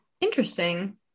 Interesting